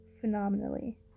phenomenally